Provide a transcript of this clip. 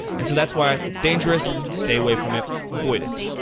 and so that's why it's dangerous. stay away from it, avoid it.